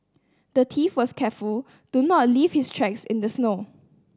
the thief was careful to not leave his tracks in the snow